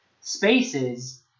spaces